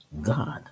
God